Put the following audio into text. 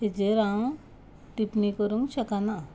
हाजेर हांव टिपणी करूंक शकना